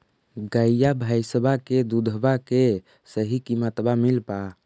गईया भैसिया के दूधबा के सही किमतबा मिल पा?